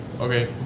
okay